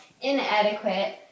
inadequate